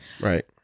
Right